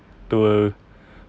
to